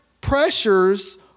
pressures